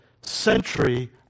century